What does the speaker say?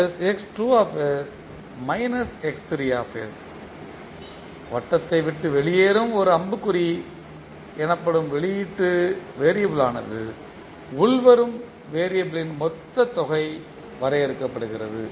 ஆகவே வட்டத்தை விட்டு வெளியேறும் ஒரு அம்புக்குறி எனப்படும் வெளியீட்டு வெறியபிள்யானது உள்வரும் வெறியபிள்யின் மொத்த தொகை வரையறுக்கப்படுகிறது